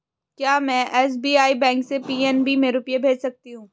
क्या में SBI bank से पी.एन.बी में रुपये भेज सकती हूँ?